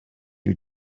you